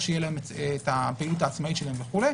שתהיה להם הפעילות העצמאית שלהם וכו'.